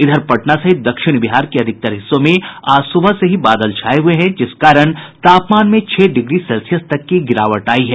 इधर पटना सहित दक्षिण बिहार के अधिकतर हिस्सों में आज सुबह से ही बादल छाये हुए हैं जिस कारण तापमान में छह डिग्री सेल्सियस तक की गिरावट आयी है